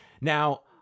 Now